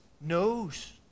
knows